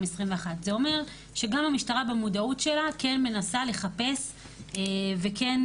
זה אומר שגם המשטרה במודעות שלה כן מנסה לחפש וכן